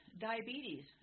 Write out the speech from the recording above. diabetes